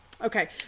Okay